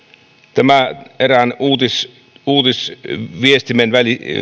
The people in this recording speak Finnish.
tämä erään uutisviestimen